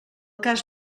cas